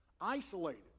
isolated